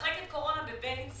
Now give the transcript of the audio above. במחלקת קורונה בבילינסון.